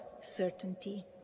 certainty